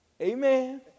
Amen